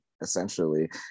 essentially